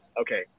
okay